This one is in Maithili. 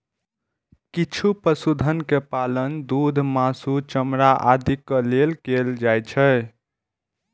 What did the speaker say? किछु पशुधन के पालन दूध, मासु, चमड़ा आदिक लेल कैल जाइ छै